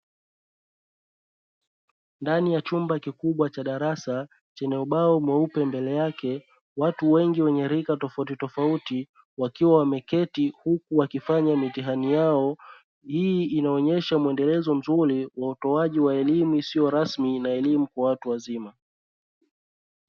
Ndani ya chumba kikubwa cha darasa chenye ubao mweupe mbele yake; watu wengi wenye rika tofautitofauti wakiwa wameketi, huku wakifanya mitihani yao. Hii inaonyesha mwendelezo mzuri wa utoaji wa elimu isio rasmi na elimu kwa watu wazima.